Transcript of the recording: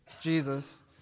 Jesus